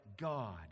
God